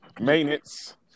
maintenance